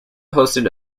hosted